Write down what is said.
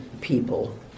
people